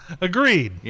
Agreed